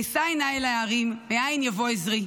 אשא עינַי אל ההרים מאין יבֹא עזרי.